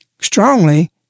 strongly